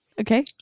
Okay